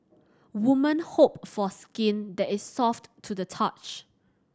women hope for skin that is soft to the touch